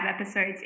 episodes